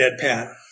deadpan